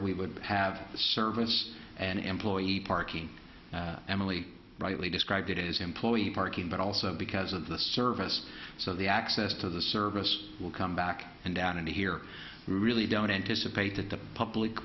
we would have service and employee parking emily brightly described it is employee parking but also because of the service so the access to the service will come back and down and here we really don't anticipate that the public